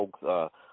folks